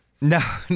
No